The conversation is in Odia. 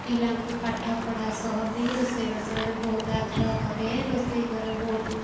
ପିଲାଙ୍କୁ ପାଠପଢ଼ା ସହ ବି ରୋଷେଇବାସରେ ବହୁତ ଆଗ୍ରହ କରେ ରୋଷେଇ ଘର ବହୁତ